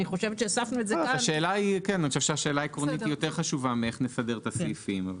אני חושב שהשאל העקרונית היא יותר חשובה מאשר איך נסדר את הסעיפים.